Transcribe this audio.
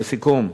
לסיכום,